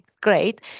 great